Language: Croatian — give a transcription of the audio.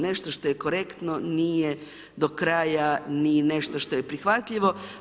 Nešto što je korektno nije do kraja, ni nešto što je prihvatljivo.